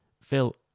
Phil